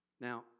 Now